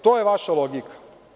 To je vaša logika.